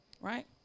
right